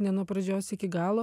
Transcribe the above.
ne nuo pradžios iki galo